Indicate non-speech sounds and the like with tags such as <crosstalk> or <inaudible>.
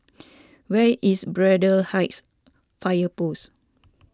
<noise> where is Braddell Heights Fire Post